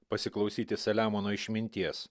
pasiklausyti saliamono išminties